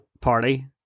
party